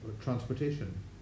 transportation